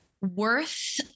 worth